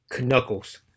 Knuckles